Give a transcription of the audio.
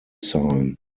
sign